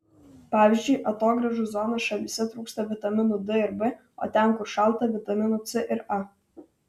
pavyzdžiui atogrąžų zonos šalyse trūksta vitaminų d ir b o ten kur šalta vitaminų c ir a